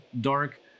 dark